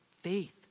faith